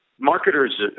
marketers